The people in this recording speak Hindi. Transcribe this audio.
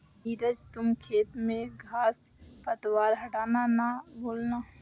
नीरज तुम खेत में घांस पतवार हटाना ना भूलना